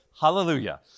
hallelujah